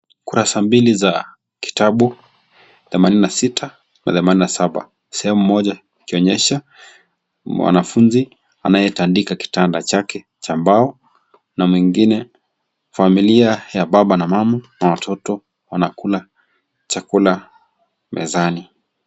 Ukurasa mbili za kitabu, themanini na sita na themanini na saba. Sehemu moja ikionyesha, mwanafunzi anayetandika kitanda chake cha mbao na mwingine familia ya baba na mama na watoto, wanakula chakula mezani.